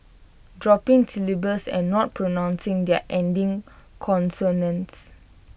dropping syllables and not pronouncing their ending consonants